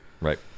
Right